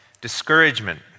discouragement